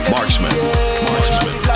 Marksman